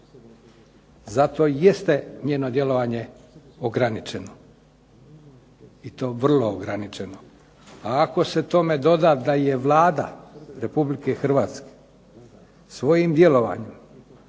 Zato jeste njeno djelovanje ograničeno i to vrlo ograničeno. A ako se tome doda da je Vlada Republike Hrvatske svojim djelovanjem